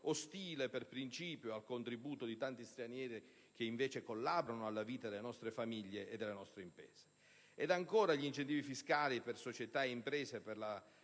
per principio al contributo di tanti stranieri che invece collaborano alla vita delle nostre famiglie e delle nostre imprese. Ed ancora, gli incentivi fiscali per società e imprese, per la